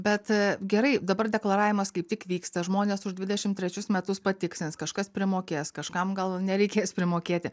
bet gerai dabar deklaravimas kaip tik vyksta žmonės už dvidešim trečius metus patikslins kažkas primokės kažkam gal nereikės primokėti